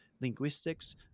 linguistics